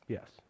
Yes